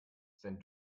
sein